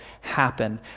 happen